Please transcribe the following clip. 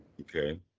Okay